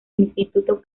instituto